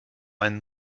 einem